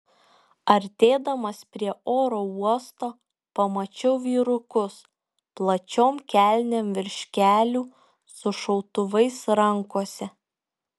artėdamas prie oro uosto pamačiau vyrukus plačiom kelnėm virš kelių su šautuvais rankose